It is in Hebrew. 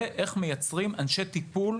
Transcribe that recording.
ואיך מייצרים אנשי טיפול,